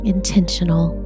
Intentional